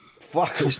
Fuck